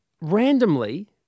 randomly